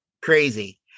Crazy